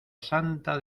santa